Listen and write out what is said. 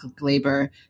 labor